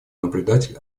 наблюдатель